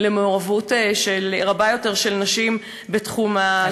למעורבות רבה יותר של נשים בתחום ההשקעות.